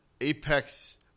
Apex